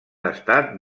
estat